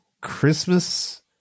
Christmas